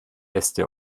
äste